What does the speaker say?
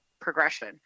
progression